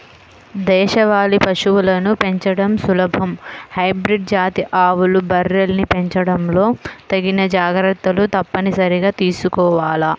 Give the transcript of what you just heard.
దేశవాళీ పశువులను పెంచడం సులభం, హైబ్రిడ్ జాతి ఆవులు, బర్రెల్ని పెంచడంలో తగిన జాగర్తలు తప్పనిసరిగా తీసుకోవాల